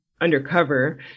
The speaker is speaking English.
undercover